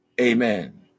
Amen